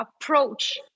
approach